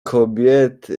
kobiety